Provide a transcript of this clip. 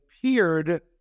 appeared